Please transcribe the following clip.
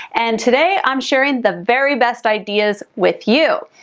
and today i'm sharing the very best ideas with you.